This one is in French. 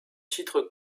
titre